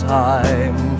time